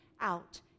out